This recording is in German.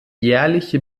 jährliche